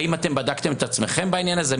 האם בדקתם את עצמכם בעניין הזה?